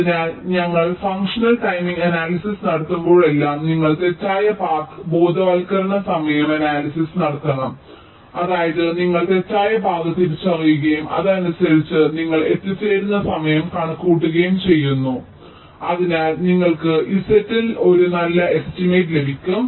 അതിനാൽ ഞങ്ങൾ functional timing analysis നടത്തുമ്പോഴെല്ലാം നിങ്ങൾ തെറ്റായ പാത്ത് ബോധവൽക്കരണ സമയ അനാലിസിസ് നടത്തണം അതായത് നിങ്ങൾ തെറ്റായ പാത തിരിച്ചറിയുകയും അതനുസരിച്ച് നിങ്ങൾ എത്തിച്ചേരുന്ന സമയം കണക്കുകൂട്ടുകയും ചെയ്യുന്നു അതിനാൽ നിങ്ങൾക്ക് Z ൽ ഒരു നല്ല എസ്റ്റിമേറ്റ് ലഭിക്കും